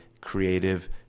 creative